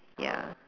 ya